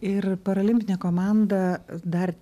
ir paralimpinė komanda dar